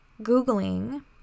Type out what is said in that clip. Googling